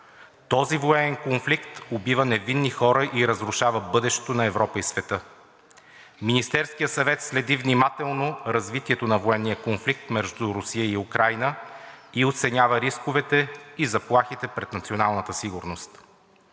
Този военен конфликт убива невинни хора и разрушава бъдещето на Европа и света. Министерският съвет следи внимателно развитието на военния конфликт между Русия и Украйна и оценява рисковете и заплахите пред националната сигурност.